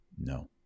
No